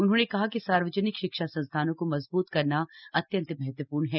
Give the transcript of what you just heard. उन्होंने कहा कि सार्वजनिक शिक्षा संस्थानों को मजबूत करना अत्यंत महत्वपूर्ण है